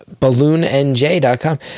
balloonnj.com